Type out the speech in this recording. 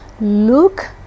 look